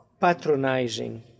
patronizing